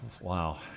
wow